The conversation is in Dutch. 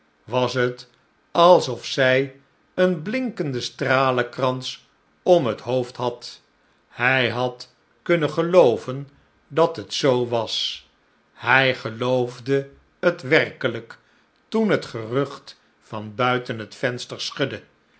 was het alsof zij een blinkenden stralenkrans om het hoofd had hij had kunnen gelooven dat het zoo was hy geloofde het werkelijk toen het gerucht van buiten het venster schudde